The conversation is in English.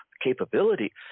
capability